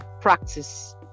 practice